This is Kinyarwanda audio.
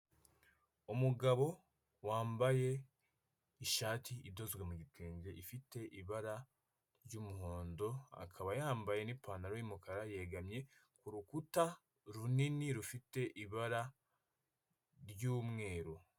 Umugabo wambaye ishati idoze mu gitenge ifite ibara ry'umuhondo, akaba yambaye n'ipantaro y'umukara yegamye ku rukuta runini rufite ibara ry'umweru.